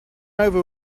over